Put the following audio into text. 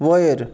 वयर